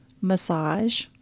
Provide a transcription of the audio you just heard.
massage